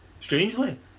Strangely